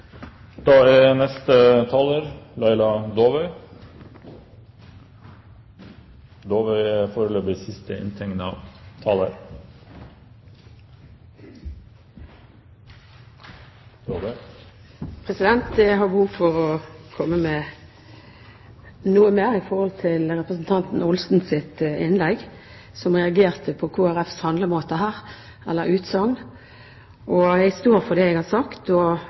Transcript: Jeg har behov for å komme med noe mer knyttet til representanten Olsens innlegg. Hun reagerte på Kristelig Folkepartis utsagn her. Jeg står for det jeg har sagt. Bakgrunnen for det er at det formelle skrivet vi i komiteen fikk fra statsråden og